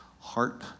heart